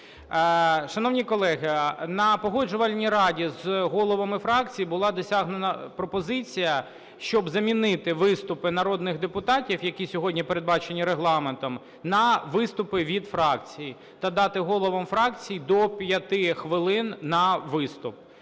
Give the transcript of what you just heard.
Шановні колеги, на Погоджувальній раді з головами фракцій була досягнена пропозиція, щоб замінити виступи народних депутатів, які сьогодні передбачені Регламентом, на виступи від фракцій та дати головам фракцій до 5 хвилин на виступ.